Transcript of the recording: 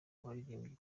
abaririmbyi